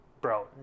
Bro